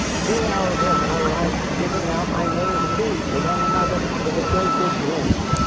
three hours after i arrived, giving out my mirrors and beads to one another with a great big grin.